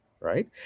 right